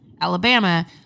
Alabama